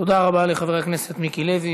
תודה רבה לחבר הכנסת מיקי לוי.